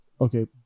Okay